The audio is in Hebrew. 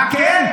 מה כן?